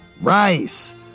Rice